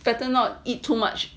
better not eat too much